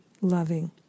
loving